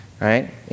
right